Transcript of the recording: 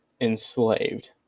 enslaved